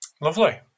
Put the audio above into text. Lovely